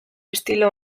estilo